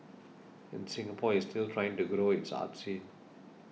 and Singapore is still trying to grow its arts scene